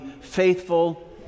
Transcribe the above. faithful